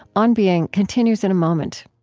on being continues in a moment